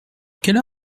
quelle